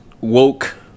woke